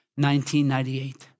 1998